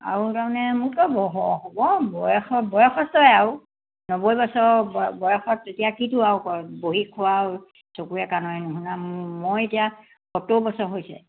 আৰু তাৰমানে মোক হ'ব বয়স বয়স আছে আৰু নব্বৈ বছৰ বয়সত তেতিয়া কিটো আৰু কৰে বহী খোৱা চকুৰে কাণৰে নুশুনা মই এতিয়া সত্তৰ বছৰ হৈছে